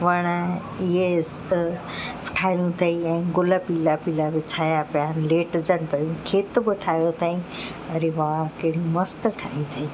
वण इहे ठाहियो अथईं ऐं गुल पीला पीला विछाया पिया लेटजनि पियूं खेत बि ठाहियो अथईं अरे वाह कहिड़ी मस्तु ठाहे अथईं